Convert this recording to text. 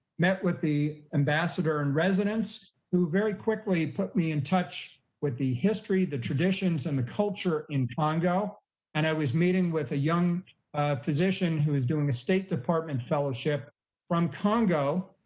met with the embassador and residents, who very quickly put me in touch with the history, the traditions and the culture in congo and i was meeting with a young physician who is doing a state department fellowship from congo,